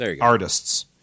artists